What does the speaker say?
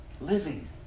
living